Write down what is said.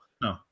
No